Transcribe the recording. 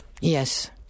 Yes